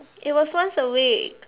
it was once a week